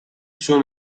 suo